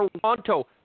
Toronto